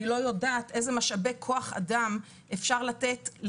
אני לא יודעת איזה משאבי כוח אדם אפשר לתת כדי